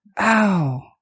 Ow